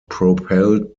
propelled